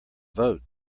vote